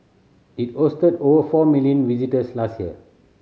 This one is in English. it hosted over four million visitors last year